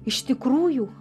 iš tikrųjų